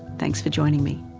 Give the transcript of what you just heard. thanks for joining me.